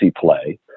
play